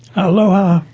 aloha.